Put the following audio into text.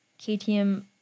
KTM